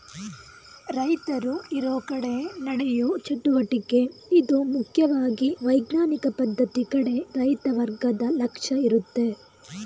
ರೈತರು ಇರೋಕಡೆ ನಡೆಯೋ ಚಟುವಟಿಕೆ ಇದು ಮುಖ್ಯವಾಗಿ ವೈಜ್ಞಾನಿಕ ಪದ್ಧತಿ ಕಡೆ ರೈತ ವರ್ಗದ ಲಕ್ಷ್ಯ ಇರುತ್ತೆ